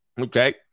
Okay